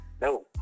No